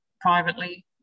privately